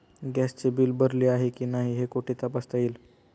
गॅसचे बिल भरले आहे की नाही हे कुठे तपासता येईल?